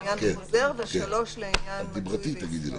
2 לעניין חוזר ו-3 לעניין מצוי בישראל.